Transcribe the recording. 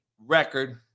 record